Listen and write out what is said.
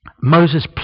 Moses